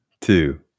two